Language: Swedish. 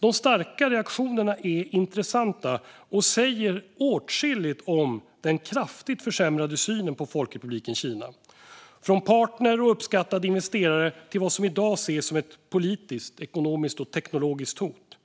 De starka reaktionerna är intressanta och säger åtskilligt om den kraftigt försämrade synen på Folkrepubliken Kina: från partner och uppskattad investerare till vad som i dag ses som ett politiskt, ekonomiskt och teknologiskt hot,